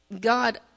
God